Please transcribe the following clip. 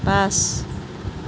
পাঁচ